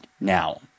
now